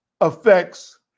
affects